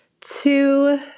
Two